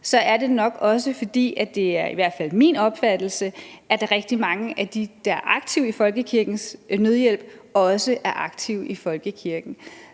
er det nok også, fordi – det er i hvert fald min opfattelse – der er rigtig mange af dem, der er aktive i Folkekirkens Nødhjælp, der også er aktive i folkekirken.